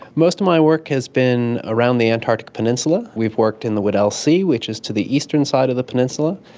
most of my work has been around the antarctic peninsula. we've worked in the weddell sea, which is to the eastern side of the peninsula,